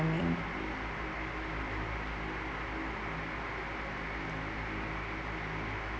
timing